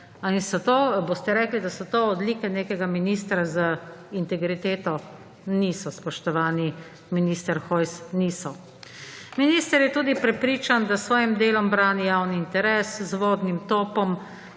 in lenuhi. Boste rekli, da so to odlike nekega ministra z integriteto? Niso, spoštovani minister Hojs, niso! Minister je tudi prepričan, da s svojim delom brani javni interes, z vodnim topom,